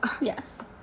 yes